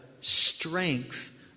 strength